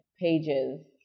pages